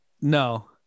No